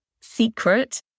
secret